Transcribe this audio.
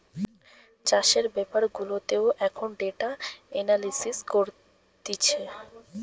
চাষের বেপার গুলাতেও এখন ডেটা এনালিসিস করতিছে